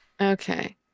okay